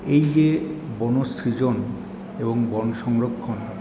এই যে বনসৃজন এবং বনসংরক্ষণ